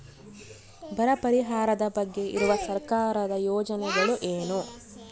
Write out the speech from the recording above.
ಬರ ಪರಿಹಾರದ ಬಗ್ಗೆ ಇರುವ ಸರ್ಕಾರದ ಯೋಜನೆಗಳು ಏನು?